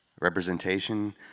representation